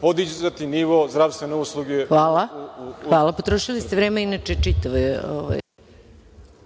podizati nivo zdravstvene usluge. **Maja Gojković** Hvala. Potrošili ste čitavo